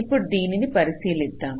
ఇప్పుడు దీనిని పరిశీలిద్దాం